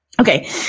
Okay